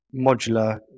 modular